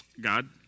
God